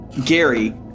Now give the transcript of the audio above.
Gary